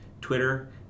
Twitter